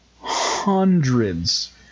hundreds